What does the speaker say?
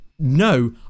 No